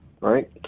right